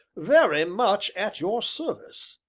very much at your service.